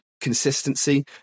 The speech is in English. consistency